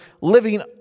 living